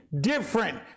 different